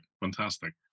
Fantastic